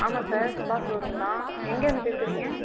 ஆமாம் sir Subash showroom தான் எங்கேருந்து பேசுகிறீங்க